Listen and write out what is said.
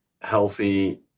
healthy